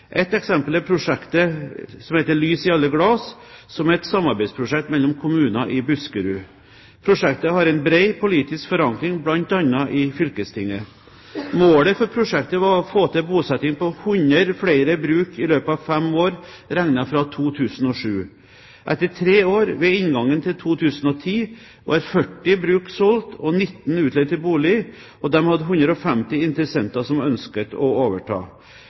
Et eksempel er prosjektet «Lys i alle glas», som er et samarbeidsprosjekt mellom kommuner i Buskerud. Prosjektet har en bred politisk forankring, bl.a. i fylkestinget. Målet for prosjektet var å få til bosetting på 100 flere bruk i løpet av fem år regnet fra 2007. Etter tre år, ved inngangen til 2010, var 40 bruk solgt og 19 utleid til bolig, og de hadde 150 interessenter som ønsket å overta.